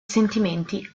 sentimenti